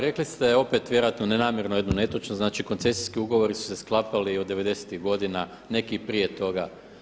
Reli ste opet, vjerojatno ne namjerno, jednu netočnost, znači koncesijski ugovori su se sklapali od '90.-tih godina, neki i prije toga.